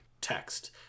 text